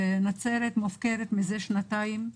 נצרת מופקרת מזה שנתיים.